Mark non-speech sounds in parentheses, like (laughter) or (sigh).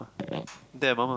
(noise) dad and mum ah